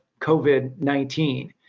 COVID-19